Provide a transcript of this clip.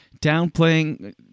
downplaying